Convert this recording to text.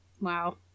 wow